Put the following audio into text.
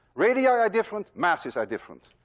radii are are different, masses are different.